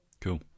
Cool